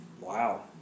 wow